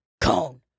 Cone